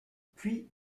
puy